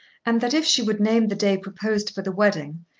and that if she would name the day proposed for the wedding,